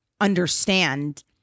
understand